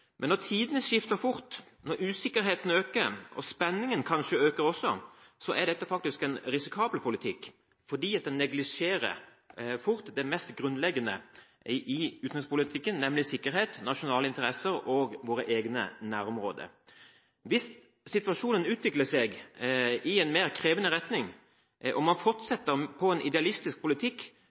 Men når tidene skifter fort, når usikkerheten øker – og spenningen kanskje også øker – er dette en risikabel politikk, fordi den fort neglisjerer det mest grunnleggende i utenrikspolitikken, nemlig sikkerhet, nasjonale interesser og våre egne nærområder. Hvis situasjonen utvikler seg i en mer krevende retning og man fortsetter med en idealistisk politikk,